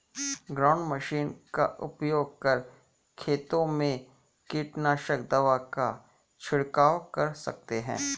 ground machine का उपयोग कर खेतों में कीटनाशक दवा का झिड़काव कर सकते है